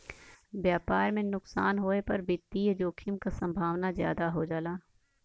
व्यापार में नुकसान होये पर वित्तीय जोखिम क संभावना जादा हो जाला